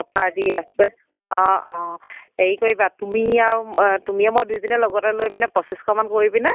offer দি আছে অ' অ' হেৰি কৰিবা তুমি আৰু ম তুমিয়ে মই দুজনীয়ে লগতে লৈ পেলাই পঁচিছশ মান কৰি পিনে